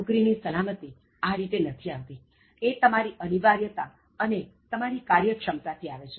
નોકરી ની સલામતિ આ રીતે નથી આવતી એ તમારી અનિવાર્યતા અને તમારી કાર્યક્ષમતાથી આવે છે